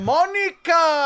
Monica